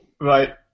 Right